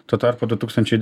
tuo tarpu du tūkstančiai